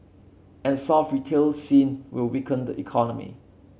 and a soft retail scene will weaken the economy